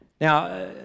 Now